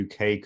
UK